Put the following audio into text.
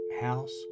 house